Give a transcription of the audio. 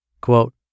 Quote